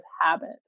habit